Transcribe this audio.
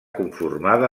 conformada